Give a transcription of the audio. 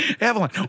Avalon